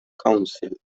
council